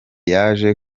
yaje